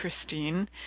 Christine